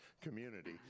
community